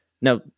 Now